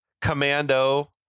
Commando